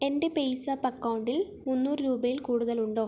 എൻ്റെ പേയ്സാപ്പ് അക്കൗണ്ടിൽ മുന്നൂറ് രൂപയിൽ കൂടുതൽ ഉണ്ടോ